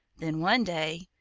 then, one day,